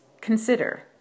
Consider